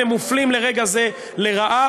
הם מופלים ברגע זה לרעה,